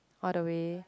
all the way